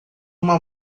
uma